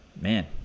Man